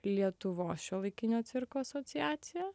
lietuvos šiuolaikinio cirko asociaciją